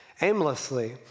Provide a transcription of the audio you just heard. aimlessly